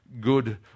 good